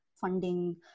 funding